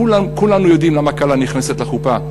כולנו יודעים למה כלה נכנסת לחופה.